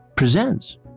Presents